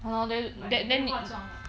!walao! then then 你